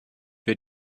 für